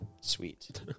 Sweet